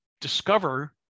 discover